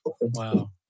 Wow